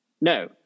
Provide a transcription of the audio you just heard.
no